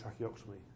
tracheotomy